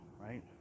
right